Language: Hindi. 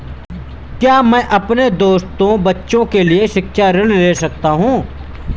क्या मैं अपने दोनों बच्चों के लिए शिक्षा ऋण ले सकता हूँ?